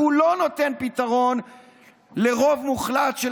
כי הוא לא נותן פתרון לרוב מוחלט של